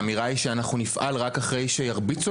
האמירה זה שאנחנו נפעל רק אחרי שירביצו,